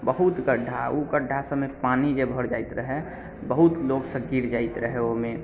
बहुत गड्ढा ओ गड्ढा सभमे पानि जे भरि जाइत रहै बहुत लोक सभ गिर जाइत रहै ओहिमे